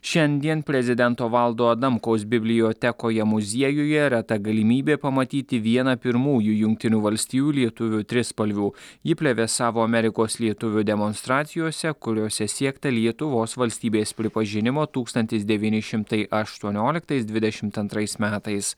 šiandien prezidento valdo adamkaus bibliotekoje muziejuje reta galimybė pamatyti vieną pirmųjų jungtinių valstijų lietuvių trispalvių ji plevėsavo amerikos lietuvių demonstracijose kuriose siekta lietuvos valstybės pripažinimo tūkstantis devyni šimtai aštuonioliktais dvidešimt antrais metais